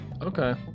okay